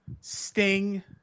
Sting